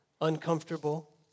uncomfortable